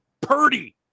Purdy